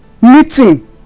meeting